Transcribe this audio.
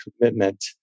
commitment